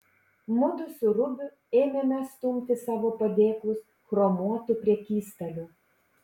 mudu su rubiu ėmėme stumti savo padėklus chromuotu prekystaliu